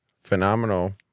phenomenal